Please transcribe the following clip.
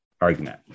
argument